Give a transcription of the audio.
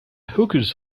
hookahs